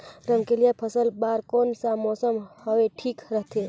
रमकेलिया के फसल बार कोन सा मौसम हवे ठीक रथे?